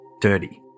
Dirty